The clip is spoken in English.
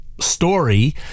story